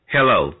Hello